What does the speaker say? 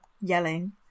yelling